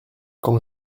quand